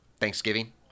Thanksgiving